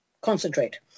Concentrate